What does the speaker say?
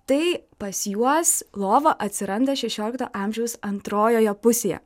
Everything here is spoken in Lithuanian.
tai pas juos lova atsiranda šešiolikto amžiaus antrojoje pusėje